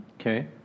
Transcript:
Okay